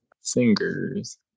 Singers